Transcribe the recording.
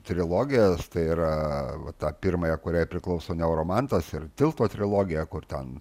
trilogijas tai yra va tą pirmąją kuriai priklauso neuromantas ir tilto trilogija kur ten